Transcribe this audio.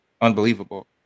unbelievable